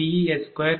41729